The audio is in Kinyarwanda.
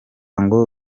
ngo